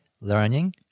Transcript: learning